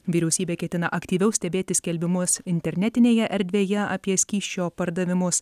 vyriausybė ketina aktyviau stebėti skelbimus internetinėje erdvėje apie skysčio pardavimus